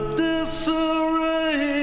disarray